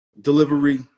delivery